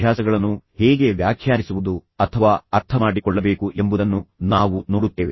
ಅಭ್ಯಾಸಗಳನ್ನು ಹೇಗೆ ವ್ಯಾಖ್ಯಾನಿಸುವುದು ಅಥವಾ ನೀವು ಅಭ್ಯಾಸಗಳನ್ನು ಅರ್ಥಮಾಡಿಕೊಳ್ಳಬೇಕು ಎಂಬುದನ್ನು ನಾವು ನೋಡುತ್ತೇವೆ